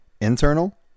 internal